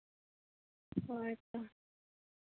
ᱦᱳᱭ ᱛᱚ